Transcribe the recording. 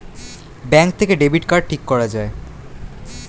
bank থেকে debit card ঠিক করা যায়